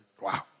Wow